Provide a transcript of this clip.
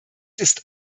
ist